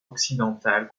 occidentale